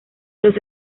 los